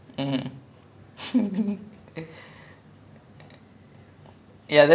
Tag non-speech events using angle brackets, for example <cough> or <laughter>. <laughs> right or the common expression is indians drink like fish so it's like <laughs> like